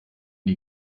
die